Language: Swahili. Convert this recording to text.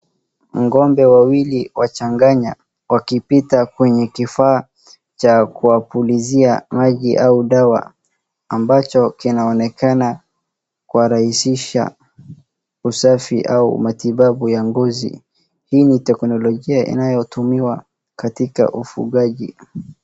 Ng'ombe wawili wachanganya wakipita kwenye kifaa cha kuwapulizia maji au dawa ambacho kinaonekana kurahisisha usafi au matibabu ya mbuzi. Hii ni teknolojia inayotumiwa katika ufugaji.